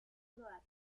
croatas